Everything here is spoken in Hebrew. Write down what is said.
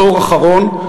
באור אחרון,